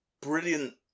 brilliant